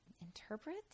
interpret